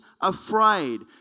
afraid